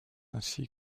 ainsi